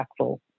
impactful